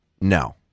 no